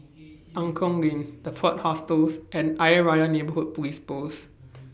Angklong Lane The Plot Hostels and Ayer Rajah Neighbourhood Police Post